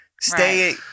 stay